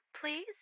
please